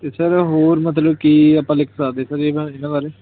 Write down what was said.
ਅਤੇ ਸਰ ਹੋਰ ਮਤਲਬ ਕਿ ਆਪਾਂ ਲਿਖ ਸਕਦੇ ਸਰ ਇਹਨਾਂ ਇਹਨਾਂ ਬਾਰੇ